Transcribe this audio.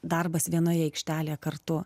darbas vienoje aikštelėje kartu